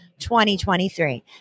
2023